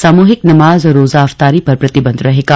सामूहिक नमाज और रोजा अफतारी पर प्रतिबन्ध रहेगा